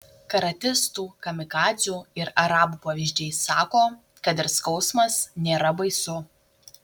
karatistų kamikadzių ir arabų pavyzdžiai sako kad ir skausmas nėra baisu